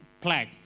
plaque